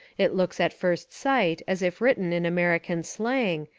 it looks at first sight as if written in american slang,